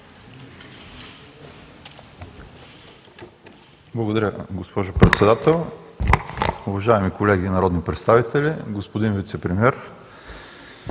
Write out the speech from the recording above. Благодаря, госпожо Председател. Уважаеми колеги народни представители! Господин Вицепремиер,